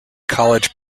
college